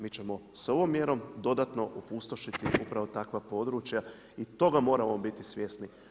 Mi ćemo sa ovom mjerom dodatno opustošiti upravo takva područja i toga moramo biti svjesni.